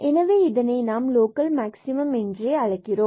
எனவே இதை நாம் லோக்கல் மேக்ஸிமம் என்று அழைக்கிறோம்